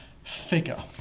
figure